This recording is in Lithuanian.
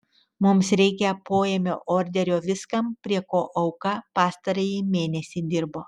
mums reikia poėmio orderio viskam prie ko auka pastarąjį mėnesį dirbo